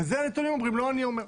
ואת זה הנתונים אומרים, לא אני אומר.